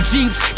Jeeps